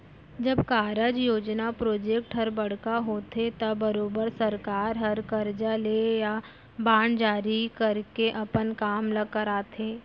जब कारज, योजना प्रोजेक्ट हर बड़का होथे त बरोबर सरकार हर करजा लेके या बांड जारी करके अपन काम ल सरकाथे